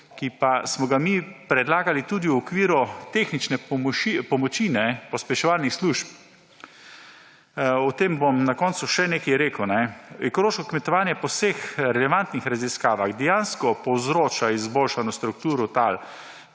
ki pa smo ga mi predlagali tudi v okviru tehnične pomoči pospeševalnih služb. O tem bom na koncu še nekaj rekel. Ekološko kmetovanje po vseh relevantnih raziskavah dejansko povzroča izboljšano strukturo tal,